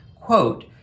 quote